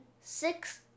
six